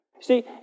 See